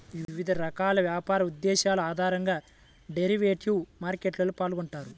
వివిధ రకాల వ్యాపార ఉద్దేశాల ఆధారంగా డెరివేటివ్ మార్కెట్లో పాల్గొంటారు